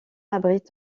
abrite